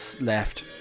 left